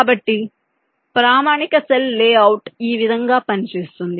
కాబట్టి ప్రామాణిక cell layout ఈ విధంగా పనిచేస్తుంది